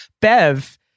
Bev